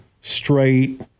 straight